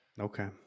okay